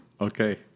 Okay